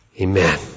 amen